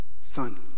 Son